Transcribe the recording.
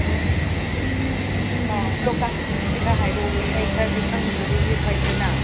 ꯎꯝ ꯎꯝ ꯑꯣ ꯂꯣꯛꯇꯥꯛ ꯈꯔ ꯍꯥꯏꯔꯛꯑꯣꯍꯦ ꯑꯩ ꯈꯔꯗꯤ ꯈꯪꯕꯅꯗꯤ ꯐꯩꯗꯅ